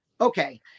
Okay